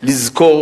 לזכור